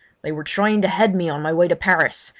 they were trying to head me on my way to paris,